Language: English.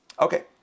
Okay